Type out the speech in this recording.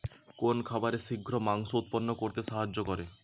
কোন খাবারে শিঘ্র মাংস উৎপন্ন করতে সাহায্য করে?